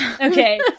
okay